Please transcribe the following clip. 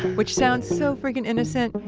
which sounds so friggin innocent,